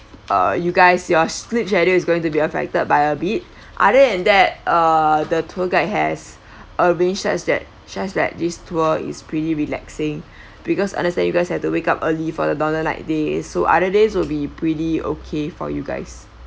uh you guys your sleep schedule is going to be affected by a bit other than that uh the tour guide has arranged such that such that this tour is pretty relaxing because understand you guys have to wake up early for the northern lights day so other days will be pretty okay for you guys